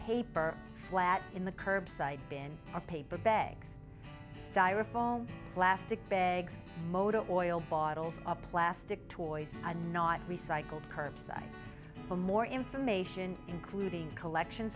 paper flat in the curbside been a paper bags styrofoam plastic bags motor oil bottles a plastic toys are not recycled curbside for more information including collection